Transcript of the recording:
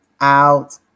out